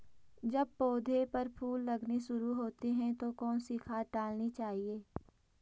जब पौधें पर फूल लगने शुरू होते हैं तो कौन सी खाद डालनी चाहिए?